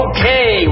Okay